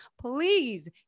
please